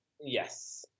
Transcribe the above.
Yes